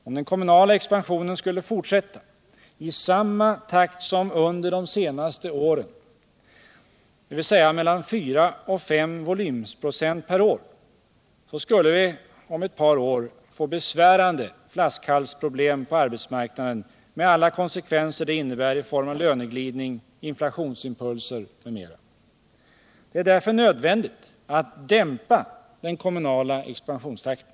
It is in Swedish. Om den kommunala expansionen skulle fortsätta i samma takt som under de senaste åren, dvs. 4-5 volymprocent per år, skulle vi om ett par år få besvärande flaskhalsproblem på arbetsmarknaden med alla de konsekvenser detta innebär i form av löneglidning, inflationsimpulser m.m. Det är därför nödvändigt att dämpa den kommunala expansionstakten.